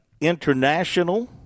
International